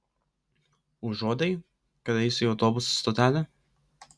užuodei kad eisiu į autobusų stotelę